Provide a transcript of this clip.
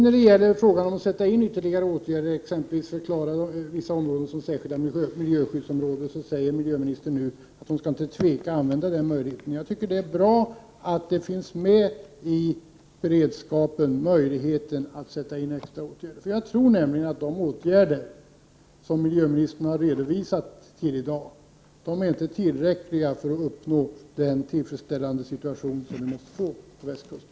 När det gäller frågan om att vidta ytterligare åtgärder, exempelvis att förklara vissa områden som särskilda miljöskyddsområden, säger miljöministern nu att hon inte skall tveka att använda den möjligheten. Jag tycker det är bra att det i beredskapen finns med möjligheten att sätta in extra åtgärder. Jag tror nämligen att de åtgärder som miljöministern har redovisat hittills inte är tillräckliga för att uppnå den tillfredsställande situation som vi vill få på västkusten.